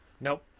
Nope